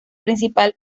principal